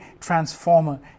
transformer